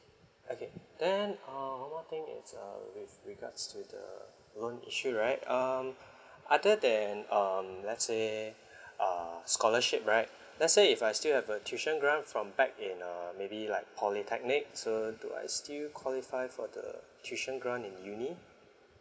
okay then err one thing is uh with regards to the loan issue right um other than um let's say uh scholarship right let's say if I still have a tuition grant from back in uh maybe like polytechnic so do I still qualify for the tuition grant in uni